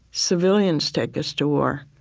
civilians take us to war.